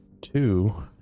Two